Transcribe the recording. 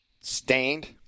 stained